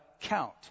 count